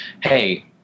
hey